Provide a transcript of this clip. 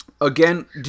Again